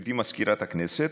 גברתי מזכירת הכנסת,